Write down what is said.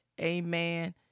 Amen